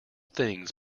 things